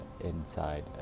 inside